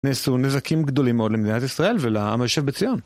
נעשו נזקים גדולים מאוד למדינת ישראל ולעם היושב בציון.